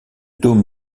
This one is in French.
dôme